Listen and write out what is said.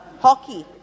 hockey